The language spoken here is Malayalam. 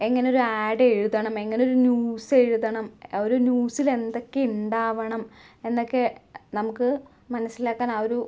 എങ്ങനൊരു ആഡ് എഴുതണം എങ്ങനൊരു ന്യൂസെഴുതണം ഒരു ന്യൂസിലെന്തൊക്കെ ഉണ്ടാകണം എന്നൊക്ക നമുക്ക് മനസിലാക്കാൻ ആ ഒരു